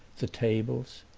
the tables.